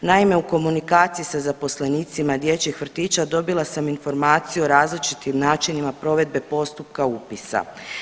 Naime, u komunikaciji sa zaposlenicima dječjih vrtića dobila sam informaciju o različitim načinima provedbe postupka upisa.